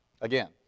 Again